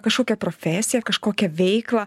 kažkokią profesiją kažkokią veiklą